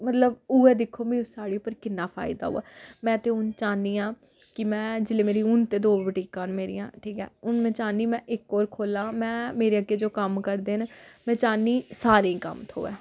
ते मतलब उ'यै दिक्खो मिगी उस साड़ी उप्पर किन्ना फायदा होऐ में ते हून चाह्न्नी आं कि में जेल्लै मेरी हून ते दो बटीकां न मेरियां ठीक ऐ हून में चाह्न्नी में इक होर खोह्लां में मेरे अग्गें जो कम्म करदे न में चाह्न्नी सारें गी कम्म थ्होऐ